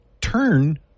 turn